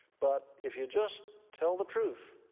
but if you just tell the truth,